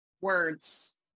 words